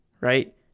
right